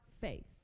faith